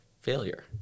failure